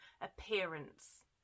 appearance